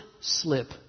slip